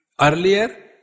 Earlier